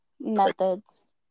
methods